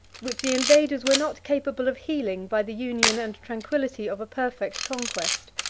which the invaders were not capable of healing by the union and tranquility of a perfect conquest.